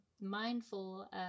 mindful